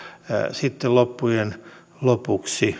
sitten loppujen lopuksi